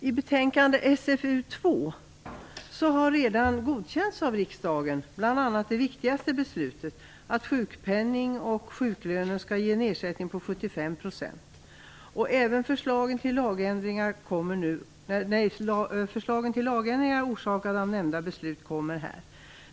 Fru talman! Det viktigaste beslutet i betänkande SfU2 har riksdagen redan godkänt. Det gäller att sjukpenning och sjuklön skall ge en ersättning på 75 %. Förslagen till lagändringar orsakade av nämnda beslut kommer här.